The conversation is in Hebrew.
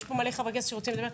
יש פה הרבה חברי כנסת שרוצים לדבר.